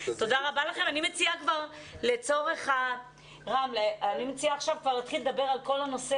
אני מציעה להתחיל לדבר עכשיו על כל הנושא